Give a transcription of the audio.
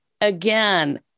Again